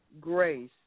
grace